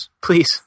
please